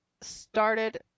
started